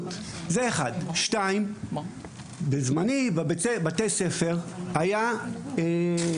אנחנו מדברים על זה שבכל בתי הספר לכדורגל ובכל ענפי הספורט האחרים,